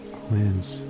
cleanse